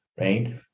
right